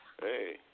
Hey